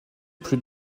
plus